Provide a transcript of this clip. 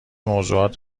موضوعات